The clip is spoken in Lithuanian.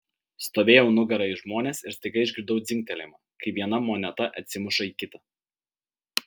stovėjau nugara į žmones ir staiga išgirdau dzingtelėjimą kai viena moneta atsimuša į kitą